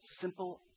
simple